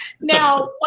Now